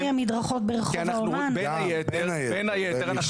גם, בין היתר.